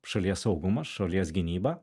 šalies saugumą šalies gynybą